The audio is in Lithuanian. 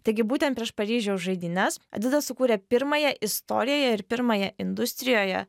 taigi būtent prieš paryžiaus žaidynes adidas sukūrė pirmąją istoriją ir pirmąją industrijoje